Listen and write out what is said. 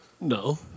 No